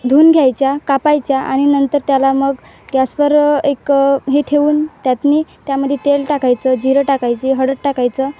धुऊन घ्यायच्या कापायच्या आणि नंतर त्याला मग गॅसवर एक हे ठेवून त्यातनी त्यामध्ये तेल टाकायचं जिरं टाकायचे हळद टाकायचं